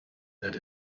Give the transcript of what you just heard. that